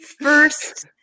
first